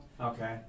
Okay